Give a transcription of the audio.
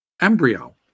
Embryo